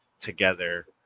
together